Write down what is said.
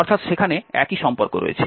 সুতরাং সেখানে একই সম্পর্ক রয়েছে